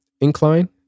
incline